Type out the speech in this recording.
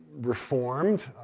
reformed